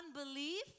unbelief